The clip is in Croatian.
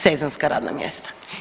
Sezonska radna mjesta.